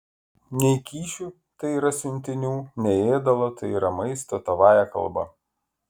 nei kyšių tai yra siuntinių nei ėdalo tai yra maisto tavąja kalba